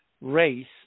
race